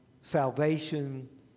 salvation